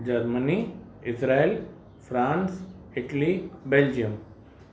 Germany Israel France Italy Belgium